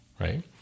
Right